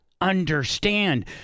understand